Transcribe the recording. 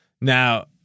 Now